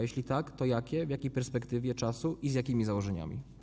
Jeśli tak, to jakie, w jakiej perspektywie i z jakimi założeniami?